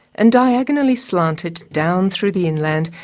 and diagonally slant it down through the inland,